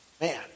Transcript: Man